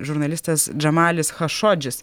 žurnalistas džamalis chašodžis